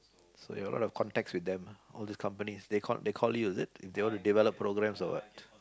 so you a lot of contacts with them all these companies they they call you is it they want to develop programmes or what